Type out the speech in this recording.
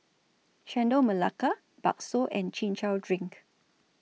Chendol Melaka Bakso and Chin Chow Drink